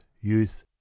youth